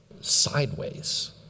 sideways